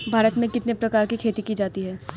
भारत में कितने प्रकार की खेती की जाती हैं?